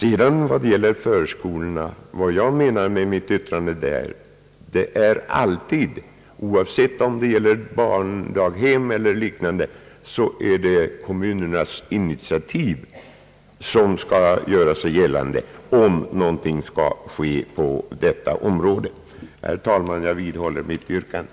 När det gäller förskolorna menade jag med mitt yttrande att det alltid, oavsett om det gäller barndaghem eller liknande, är kommunernas initiativ som skall göra sig gällande om någonting skall ske på detta område. Herr talman! Jag vidhåller mitt yrkande.